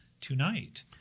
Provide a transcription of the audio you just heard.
tonight